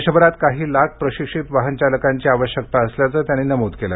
देशभरात काही लाख प्रशिक्षित वाहन चालकांची आवश्यकता असल्याचं त्यांनी नमुद केलं